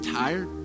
tired